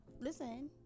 Listen